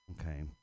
Okay